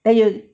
!aiyo!